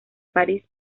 parís